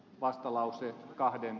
vastalauseet kahden